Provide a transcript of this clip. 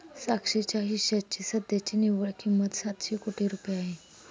साक्षीच्या हिश्श्याची सध्याची निव्वळ किंमत सातशे कोटी रुपये आहे